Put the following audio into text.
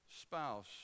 spouse